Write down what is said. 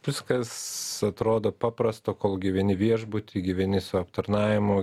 viskas atrodo paprasta kol gyveni viešbuty gyveni su aptarnavimu